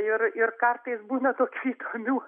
ir ir kartais būna tokių įdomių